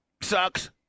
Sucks